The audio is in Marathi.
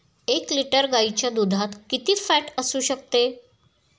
एक लिटर गाईच्या दुधात किती फॅट असू शकते?